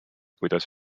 kuidas